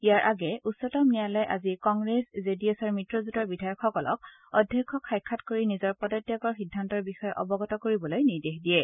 ইয়াৰ আগেয়ে উচ্চতম ন্যায়ালয়ে আজি কংগ্ৰেছ জে ডি এছ মিত্ৰজোটৰ বিধায়কসকলক অধ্যক্ষক সাক্ষাৎ কৰি নিজৰ পদত্যাগৰ সিদ্ধান্তৰ বিষয়ে অৱগত কৰিবলৈ নিৰ্দেশ দিয়ে